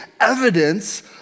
evidence